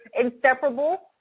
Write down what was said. inseparable